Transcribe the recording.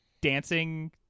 dancing